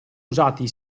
usati